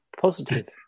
positive